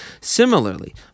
Similarly